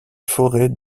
forêt